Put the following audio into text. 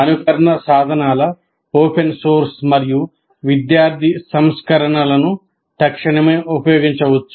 అనుకరణ సాధనాల open source మరియు విద్యార్థి సంస్కరణలను తక్షణమే ఉపయోగించవచ్చు